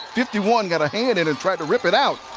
fifty one got a hand in and tried to rip it out.